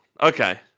Okay